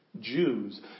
Jews